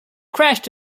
crashed